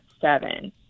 seven